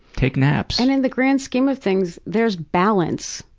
take naps'. and in the grand scheme of things there's balance.